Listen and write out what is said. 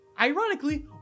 Ironically